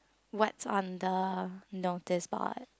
what's on the notice board